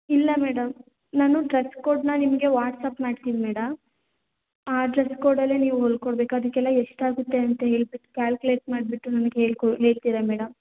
ಇಲ್ಲ ಮೇಡಮ್ ನಾನು ಡ್ರಸ್ ಕೋಡ್ನ ನಿಮಗೆ ವಾಟ್ಸ್ಆ್ಯಪ್ ಮಾಡ್ತೀನಿ ಮೇಡಮ್ ಆ ಡ್ರೆಸ್ ಕೋಡಲ್ಲೆ ನೀವು ಹೊಲ್ಕೊಡ್ಬೇಕು ಅದಕ್ಕೆಲ್ಲ ಎಷ್ಟಾಗುತ್ತೆ ಅಂತ ಹೇಳ್ಬಿಟ್ಟು ಕ್ಯಾಲ್ಕ್ಯುಲೇಟ್ ಮಾಡಿಬಿಟ್ಟು ನಂಗೆ ಹೇಳ್ಕೊ ಹೇಳ್ತೀರ ಮೇಡಮ್